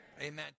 amen